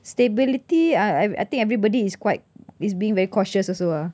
stability I I think everybody is quite is being very cautious also ah